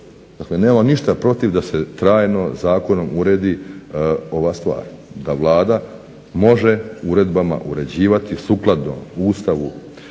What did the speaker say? dakle nemam ništa protiv da se trajno, zakonom uredi ova stvar, da Vlada može uredbama uređivati sukladno Ustavu,